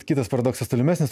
kitas paradoksas tolimesnis